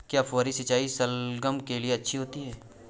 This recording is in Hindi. क्या फुहारी सिंचाई शलगम के लिए अच्छी होती है?